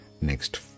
Next